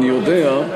אני יודע.